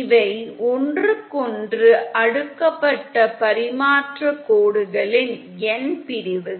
இவை ஒன்றுக்கொன்று அடுக்கப்பட்ட பரிமாற்றக் கோடுகளின் n பிரிவுகள்